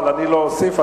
אבל אני לא אוסיף,